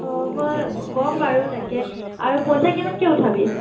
অঁ মই ক'ম বাৰু তাকে আৰু পইচা কিমানকৈ উঠাবি